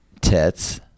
Tits